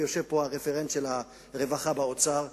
ויושב פה הרפרנט של הרווחה באוצר,